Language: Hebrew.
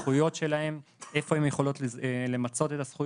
הזכויות שלהן ואיפה הן יכולות למצות אותן.